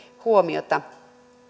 huomiota